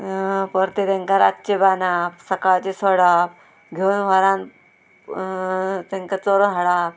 परते तेंकां रातचें बांदप सकाळचें सोडप घेवन व्हरान तेंकां चरोव हाडप